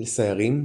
לסיירים,